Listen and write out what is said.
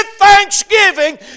thanksgiving